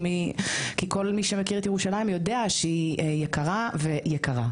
כי כל מי שמכיר את ירושלים יודע שהיא יקרה ויקרה.